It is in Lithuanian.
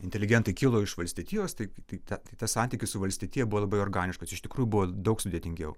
inteligentai kilo iš valstietijos tai tai ta tai tas santykis su valstietija buvo labai organiškas iš tikrųjų buvo daug sudėtingiau